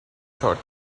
thought